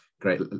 Great